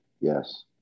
Yes